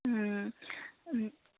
ও